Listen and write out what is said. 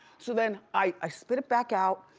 so then i spit it back out,